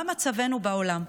מה מצבנו בעולם.